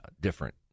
different